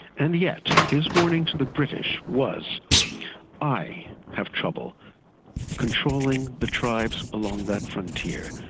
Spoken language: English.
and yet his warning to the british was i have trouble controlling the tribes along that frontier,